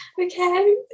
okay